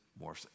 More